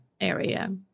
area